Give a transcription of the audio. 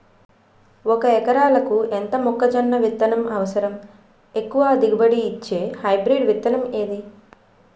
ఒక ఎకరాలకు ఎంత మొక్కజొన్న విత్తనాలు అవసరం? ఎక్కువ దిగుబడి ఇచ్చే హైబ్రిడ్ విత్తనం ఏది?